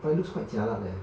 but it looks quite jialat leh